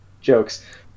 jokes